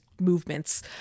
movements